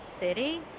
City